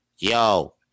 Yo